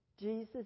Jesus